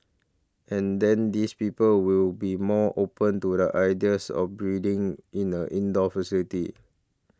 and then these people will be more open to the ideas of breeding in an indoor facility